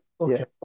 Okay